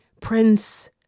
Prince